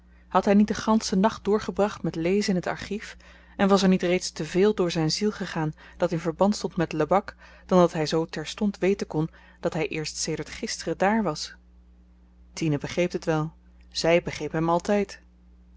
had hy niet den ganschen nacht doorgebracht met lezen in t archief en was er niet reeds te veel door zyn ziel gegaan dat in verband stond met lebak dan dat hy zoo terstond weten kon dat hy eerst sedert gisteren dààr was tine begreep dit wel zy begreep hem altyd